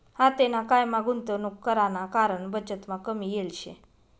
आतेना कायमा गुंतवणूक कराना कारण बचतमा कमी येल शे